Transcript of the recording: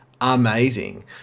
amazing